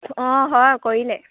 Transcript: অঁ হয় কৰিলে